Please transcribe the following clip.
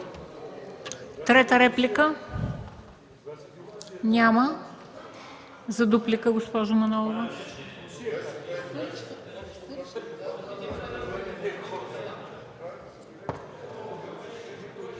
Трета реплика? Няма. За дуплика – госпожо Манолова.